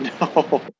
no